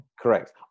Correct